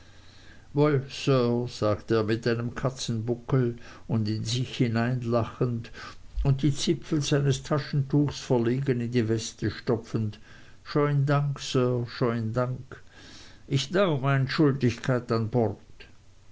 sagte er mit einem katzenbuckel und in sich hineinlachend und die zipfel seines taschentuchs verlegen in die weste stopfend schoin dank sir schoin dank ick dau mien schuldigkeit an bord